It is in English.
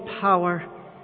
power